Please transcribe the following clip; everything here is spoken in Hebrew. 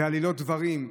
בעלילות דברים.